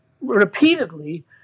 Repeatedly